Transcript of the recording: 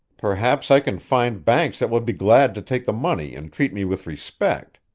perhaps i can find banks that will be glad to take the money and treat me with respect.